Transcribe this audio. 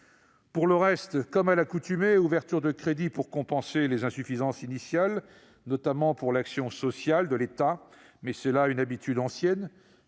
pour le reste, comme à l'accoutumée : ouverture de crédits pour compenser les insuffisances initiales, notamment en matière d'action sociale de l'État- mais c'est là une habitude ancienne.